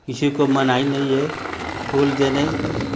किसी को मनाही नहीं है फूल देने